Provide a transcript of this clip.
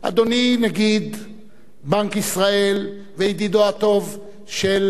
בנק ישראל וידידו הטוב של נשיא חוף-השנהב,